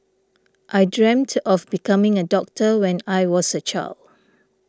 I dreamt of becoming a doctor when I was a child